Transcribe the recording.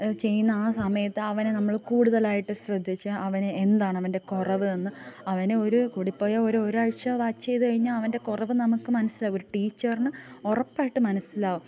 ചെയ്യുന്ന ആ സമയത്ത് അവനെ നമ്മൾ കൂടുതലായിട്ടു ശ്രദ്ധിച്ച് അവനെ എന്താണവൻ്റെ കുറവ് എന്നു അവനെ ഒരു കൂടി പോയാൽ ഒരു ഒരാഴ്ച വാച്ച് ചെയ്തു കഴിഞ്ഞാൽ അവൻ്റെ കുറവ് നമുക്ക് മനസ്സിലാകും ഒരു ടീച്ചറിന് ഉറപ്പായിട്ടു മനസ്സിലാകും